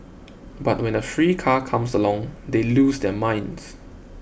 but when a free car comes along they lose their minds